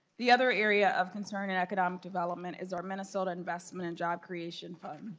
the other area of concern and economic development is our minnesota investment and job creation fund.